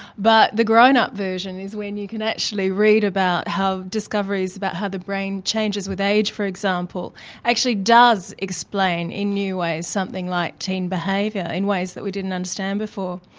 but the grown-up version is when you can actually read about how discoveries about how the brain changes with age, for example actually does explain in new ways something like teen behaviour in ways that we didn't understand before.